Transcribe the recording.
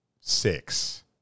Six